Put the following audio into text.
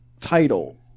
title